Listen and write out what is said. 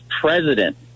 president